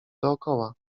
dokoła